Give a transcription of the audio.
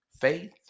faith